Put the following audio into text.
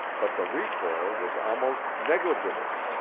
but the recoil was almost negligible.